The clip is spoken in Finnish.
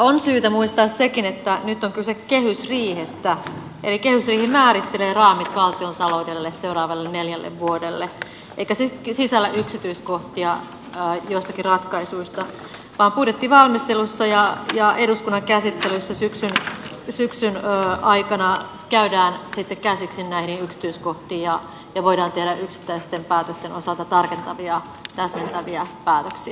on syytä muistaa sekin että nyt on kyse kehysriihestä eli kehysriihi määrittelee raamit valtiontaloudelle seuraavalle neljälle vuodelle eikä se sisällä yksityiskohtia joistakin ratkaisuista vaan budjettivalmistelussa ja eduskunnan käsittelyssä syksyn aikana käydään sitten käsiksi näihin yksityiskohtiin ja voidaan tehdä yksittäisten päätösten osalta tarkentavia täsmentäviä päätöksiä